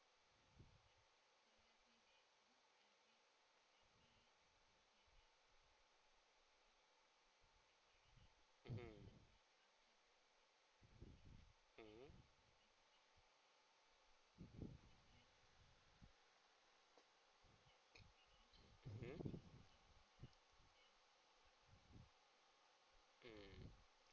mmhmm mmhmm mmhmm um